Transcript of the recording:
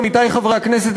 עמיתי חבר הכנסת,